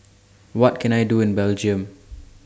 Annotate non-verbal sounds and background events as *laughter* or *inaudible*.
*noise* What Can I Do in Belgium